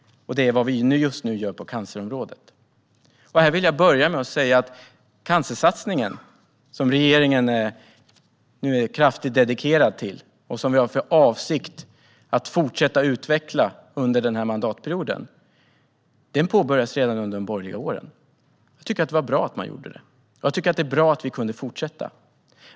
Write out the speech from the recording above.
Det är vad vi just nu gör på cancerområdet. Cancersatsningen som regeringen nu är kraftigt engagerad i och har för avsikt att fortsätta utveckla under den här mandatperioden, den påbörjades redan under de borgerliga åren. Jag tycker att det var bra att man gjorde det, och jag tycker att det är bra att vi kan fortsätta.